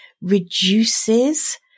reduces